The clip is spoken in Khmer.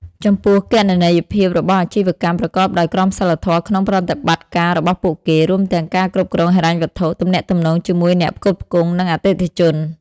ចំពោះគណនេយ្យភាពរបស់អាជីវកម្មប្រកបដោយក្រមសីលធម៌ក្នុងប្រតិបត្តិការរបស់ពួកគេ រួមទាំងការគ្រប់គ្រងហិរញ្ញវត្ថុ ទំនាក់ទំនងជាមួយអ្នកផ្គត់ផ្គង់ និងអតិថិជន។